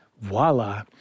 voila